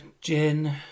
gin